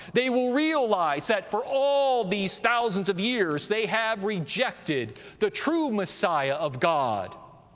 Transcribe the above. they will realize that for all these thousands of years they have rejected the true messiah of god.